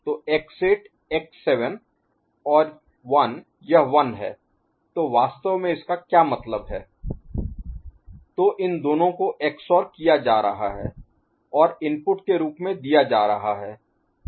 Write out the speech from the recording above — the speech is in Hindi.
f x8 x7 x4 x2 x 1 f x8 x7 x2 x 1 f x8 x7 1 तो इन दोनों को XOR किया जा रहा है और इनपुट के रूप में दिया जा रहा है